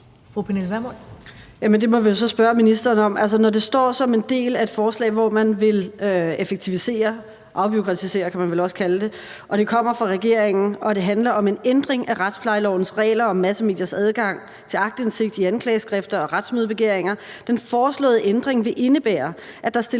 Det må vi jo så spørge ministeren om. Altså, når det står som en del af et forslag, hvor man vil effektivisere og afbureaukratisere, kan man vel også kalde det, og når det kommer fra regeringen og handler om en ændring af retsplejelovens regler om massemediers adgang til aktindsigt i anklageskrifter og retsmødebegæringer, og når den foreslåede ændring vil indebære, at der stilles